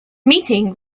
meeting